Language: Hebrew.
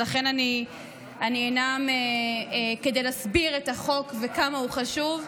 לכן אני אנאם כדי להסביר את החוק וכמה הוא חשוב,